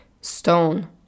stone